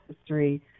history